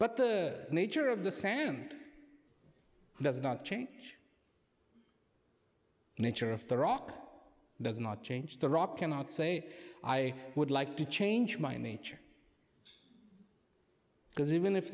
but the nature of the sand does not change the nature of the rock does not change the rock cannot say i would like to change my nature because even if